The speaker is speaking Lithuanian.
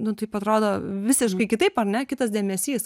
nu taip atrodo visiškai kitaip ar ne kitas dėmesys